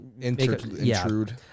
intrude